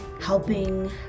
helping